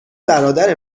برادر